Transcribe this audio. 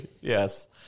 Yes